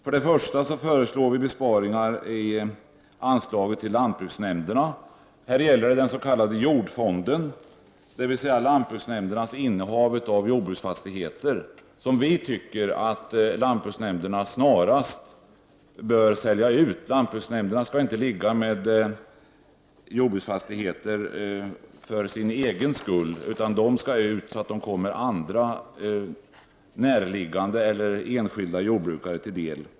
Till att börja med gäller det anslaget till lantbruksnämnderna, närmare bestämt jordbruksfonden. Det är alltså lantbruksnämndernas jordbruksfastigheter som vi tycker snarast bör säljas. Lantbruksnämnderna skall ju inte inneha jordbruksfastigheter för sin egen skull; de fastigheterna skall säljas så att de kommer andra näraliggande, enskilda jordbruk till del.